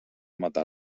matar